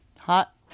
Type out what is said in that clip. hot